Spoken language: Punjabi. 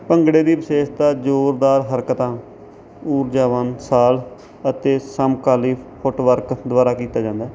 ਭੰਗੜੇ ਦੀ ਵਿਸ਼ੇਸ਼ਤਾ ਜ਼ੋਰਦਾਰ ਹਰਕਤਾਂ ਊਰਜਾਵਾਨ ਸਾਲ ਅਤੇ ਸਮਕਾਲੀ ਫੁੱਟਵਰਕ ਦੁਆਰਾ ਕੀਤਾ ਜਾਂਦਾ ਹੈ